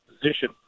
position